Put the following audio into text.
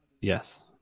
Yes